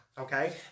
Okay